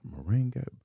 Moringa